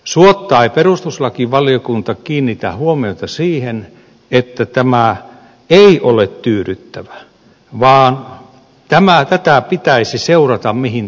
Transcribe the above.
suotta ei perustuslakivaliokunta kiinnitä huomiota siihen että tämä ei ole tyydyttävä vaan tätä pitäisi seurata mihin tämä johtaa